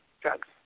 drugs